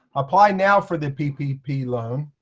apply now for the ppp loan.